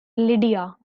lydia